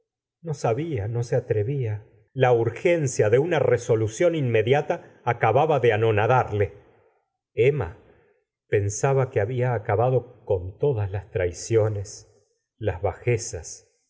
no sabía no se atrevía la urgencia de una resolución inmediata acababa de anonadar e emma pensaba q e había a cabado con todas las traiciones las bajezas